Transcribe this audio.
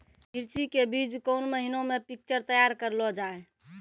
मिर्ची के बीज कौन महीना मे पिक्चर तैयार करऽ लो जा?